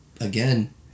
again